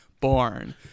Born